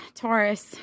taurus